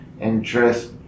interest